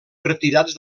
retirats